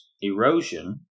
erosion